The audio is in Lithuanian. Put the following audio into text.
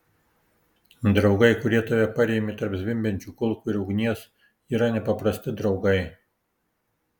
draugai kurie tave parėmė tarp zvimbiančių kulkų ir ugnies yra nepaprasti draugai